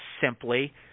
simply